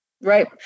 Right